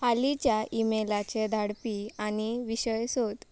हालींच्या ईमेलाचे धाडपी आनी विशय सोद